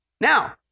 now